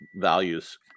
values